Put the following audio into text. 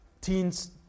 teens